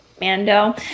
Mando